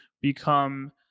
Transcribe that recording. become